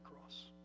cross